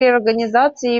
реорганизации